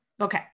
Okay